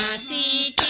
ah c